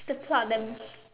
the plot the